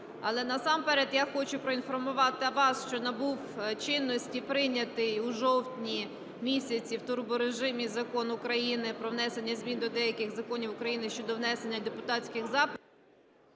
Але насамперед я хочу проінформувати вас, що набув чинності прийнятий у жовтні місяці в турборежимі Закон України "Про внесення змін до деяких законів України щодо внесення депутатських запитів".